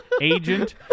Agent